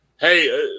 hey